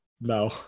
No